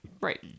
Right